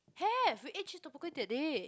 have we eat cheese tteokbokki that day